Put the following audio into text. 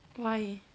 why